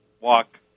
walk